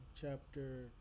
chapter